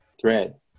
thread